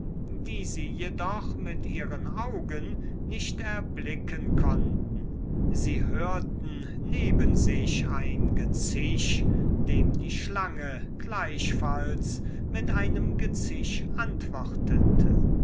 die sie jedoch mit ihren augen nicht erblicken konnten sie hörten neben sich ein gezisch dem die schlange gleichfalls mit einem gezisch antwortete